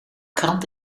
krant